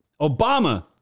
Obama